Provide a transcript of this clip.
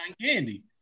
candy